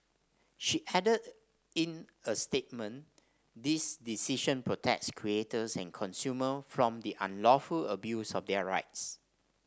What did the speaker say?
she added in a statement this decision protects creators and consumer from the unlawful abuse of their rights